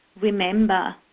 remember